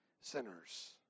sinners